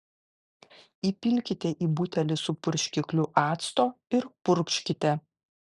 įpilkite į butelį su purškikliu acto ir purkškite